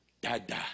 Dada